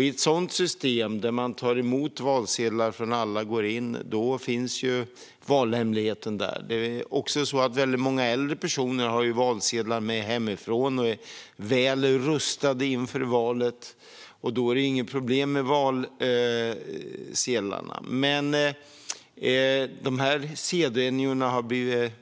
I ett system där man tar emot valsedlar från alla och sedan går in finns valhemligheten där. Väldigt många äldre personer har valsedlar med hemifrån och är väl rustade inför valet, och då är det inget problem med valsedlarna. Dessa sedvänjor tillämpas dock